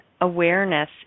awareness